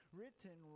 written